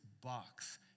box